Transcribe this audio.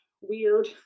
weird